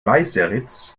weißeritz